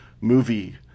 movie